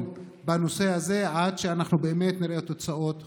בנושא הזה עד שאנחנו באמת נראה תוצאות חיוביות.